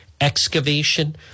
excavation